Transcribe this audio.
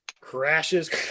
crashes